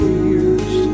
years